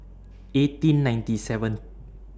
eighteen ninety seven